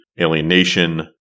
Alienation